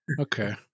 Okay